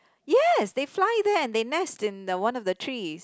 yes they fly there and they nest in the one of the tree